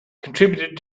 contributed